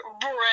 Bread